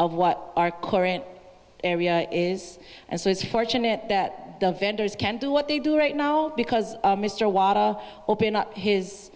of what our current area is and so it's fortunate that the vendors can do what they do right now because mr watt open up his